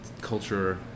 culture